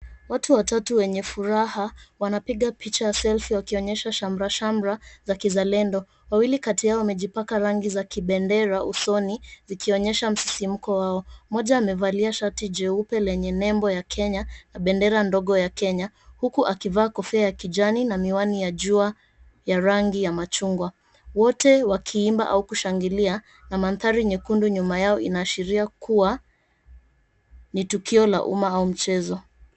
Watu watatu wenye furaha wanapiga picha ya selfie wakionyesha shamrashamra za kizalendo. Wawili kati yao wamejipaka rangi za kibendera usoni zikionyesha msisimko wao. Mmoja amevalia shati jeupe lenye nembo ya Kenya na bendera ndogo ya Kenya, huku akivaa kofia ya kijani na miwani ya jua ya rangi ya machungwa. Wote wakiimba au kushangilia, na mandhari nyekundu nyuma yao inaashiria kuwa ni tukio la umma au mchezo.